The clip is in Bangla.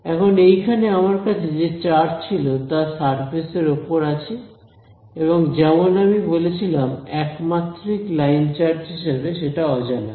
এখন এইখানে আমার কাছে যে চার্জ ছিল তা সারফেস এর ওপর আছে এবং যেমন আমি বলেছিলাম একমাত্রিক লাইন চার্জ হিসাবে সেটা অজানা